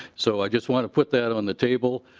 so i just want to put that on the table.